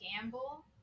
gamble